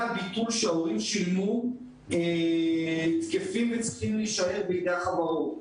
הביטול שההורים שילמו תקפים וצריכים להישאר בידי החברות.